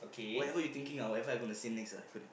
wherever you thinking ah whatever I gonna say next ah